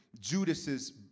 Judas's